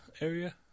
area